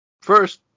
First